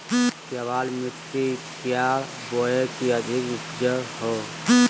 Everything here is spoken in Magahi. केबाल मिट्टी क्या बोए की अधिक उपज हो?